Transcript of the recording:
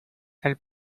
elle